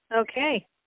Okay